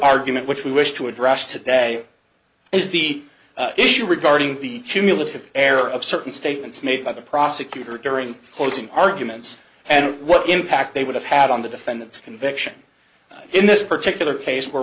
argument which we wish to address today is the issue regarding the cumulative error of certain statements made by the prosecutor during closing arguments and what impact they would have had on the defendant's conviction in this particular case were